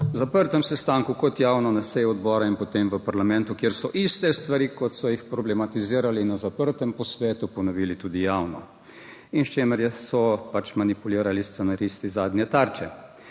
na zaprtem sestanku kot javno na seji odbora in potem v parlamentu, kjer so iste stvari, kot so jih problematizirali na zaprtem posvetu, ponovili tudi javno, in s čimer so pač manipulirali scenaristi zadnje Tarče.